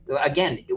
again